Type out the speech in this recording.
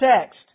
text